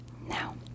now